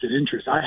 interest